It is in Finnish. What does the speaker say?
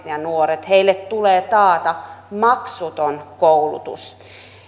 ja nuorille tulee taata maksuton koulutus